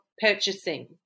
purchasing